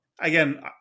Again